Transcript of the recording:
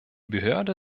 behörde